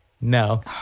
No